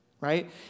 right